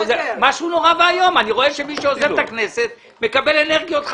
אני רואה שמי שעוזב את הכנסת מקבל אנרגיות,